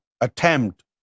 attempt